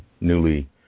newly